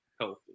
healthy